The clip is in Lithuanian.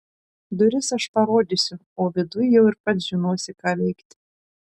duris aš parodysiu o viduj jau ir pats žinosi ką veikti